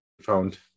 found